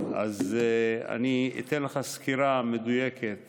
אני אתן לך סקירה מדויקת